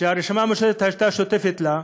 שהרשימה המשותפת הייתה שותפה לה,